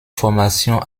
formation